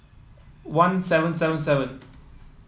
one seven seven seven